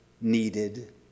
needed